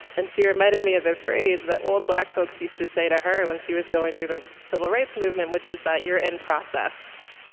and she reminded me of of phrase that old black folks used to say to her when she was going through the civil rights movement, which is that you're in process,